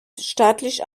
staatlich